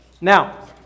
Now